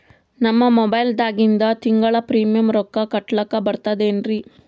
ನಮ್ಮ ಮೊಬೈಲದಾಗಿಂದ ತಿಂಗಳ ಪ್ರೀಮಿಯಂ ರೊಕ್ಕ ಕಟ್ಲಕ್ಕ ಬರ್ತದೇನ್ರಿ?